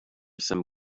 some